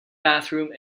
bathroom